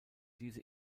diese